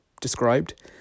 described